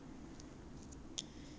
mm